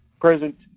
present